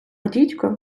дідько